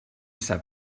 sap